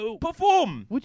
perform